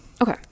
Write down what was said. Okay